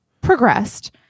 progressed